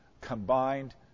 combined